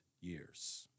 years